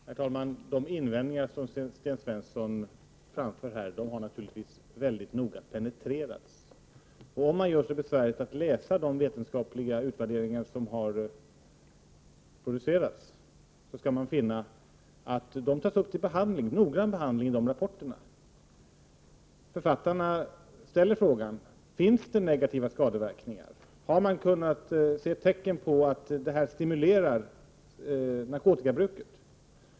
Herr talman! De invändningar som Sten Svensson framför här har naturligtvis väldigt noga penetrerats. Om man gör sig besväret att studera de vetenskapliga utvärderingar som har gjorts, finner man att dessa tas upp till noggrann behandling i framlagda rapporter. Författarna ställer frågan: Finns det negativa skadeverkningar? Har man sett några tecken på att det här stimulerar narkotikabruket?